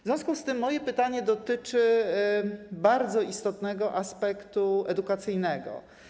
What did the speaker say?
W związku z tym moje pytanie dotyczy bardzo istotnego aspektu edukacyjnego.